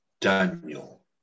Daniel